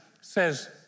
says